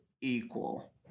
Equal